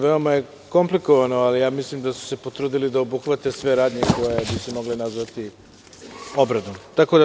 Veoma je komplikovano, ali mislim da su se potrudili da obuhvate sve radnje koje se mogu nazvati obradom.